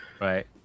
Right